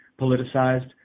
politicized